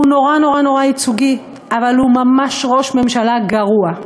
נורא נורא נורא ייצוגי אבל הוא ממש ראש ממשלה גרוע.